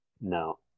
No